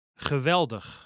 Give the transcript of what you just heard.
Geweldig